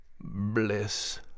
bliss